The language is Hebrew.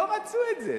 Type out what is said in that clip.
לא רצו את זה.